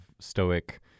stoic